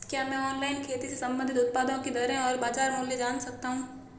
क्या मैं ऑनलाइन खेती से संबंधित उत्पादों की दरें और बाज़ार मूल्य जान सकता हूँ?